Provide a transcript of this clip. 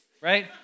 right